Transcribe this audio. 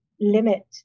limit